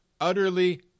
utterly